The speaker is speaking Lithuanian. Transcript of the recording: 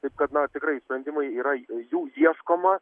taip kad na tikrai sprendimai yra jų ieškoma